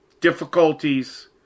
difficulties